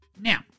Now